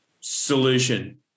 solution